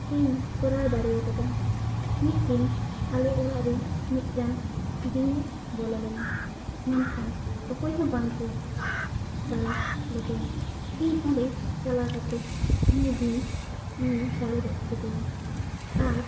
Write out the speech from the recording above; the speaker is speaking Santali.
ᱤᱧ ᱠᱚᱨᱟᱣ ᱫᱟᱲᱮᱭᱟ ᱠᱟᱫᱟ ᱢᱤᱫ ᱫᱤᱱ ᱟᱞᱮ ᱚᱲᱟᱜ ᱨᱮ ᱢᱤᱫ ᱴᱟᱝ ᱵᱤᱧ ᱮ ᱵᱚᱞᱚ ᱞᱮᱱᱟ ᱢᱮᱱᱠᱷᱟᱱ ᱚᱠᱚᱭ ᱦᱚᱸ ᱵᱟᱝ ᱠᱚ ᱫᱟᱞ ᱞᱮᱫᱮᱭᱟ ᱤᱧ ᱚᱸᱰᱮ ᱪᱟᱞᱟᱣ ᱠᱟᱛᱮ ᱩᱱᱤ ᱵᱤᱧ ᱤᱧ ᱫᱟᱞ ᱜᱚᱡ ᱠᱮᱫᱮᱭᱟ ᱟᱨ